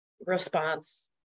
response